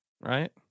right